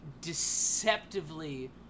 deceptively